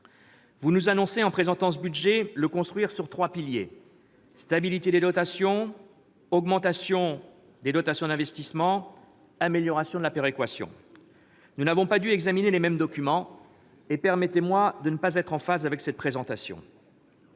vous nous annoncez qu'il est construit sur trois piliers : la stabilité des dotations, l'augmentation des dotations d'investissement et l'amélioration de la péréquation. Nous n'avons pas dû examiner les mêmes documents ; permettez-moi de ne pas être en phase avec cette présentation.